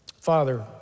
Father